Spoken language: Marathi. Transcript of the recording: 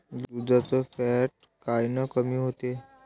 दुधाचं फॅट कायनं कमी होते?